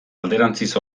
alderantziz